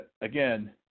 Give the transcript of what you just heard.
again